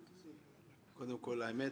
האמת,